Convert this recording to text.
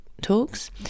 talks